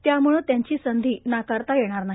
त्यामुळे त्यांची संधी नाकरात येणार नाही